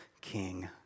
king